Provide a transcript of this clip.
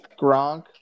Gronk